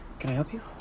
can i help you?